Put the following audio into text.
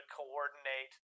coordinate